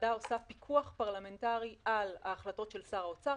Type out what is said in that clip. הוועדה עושה פיקוח פרלמנטרי על ההחלטות של שר האוצר,